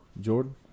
jordan